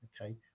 Okay